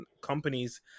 companies